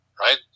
right